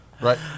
right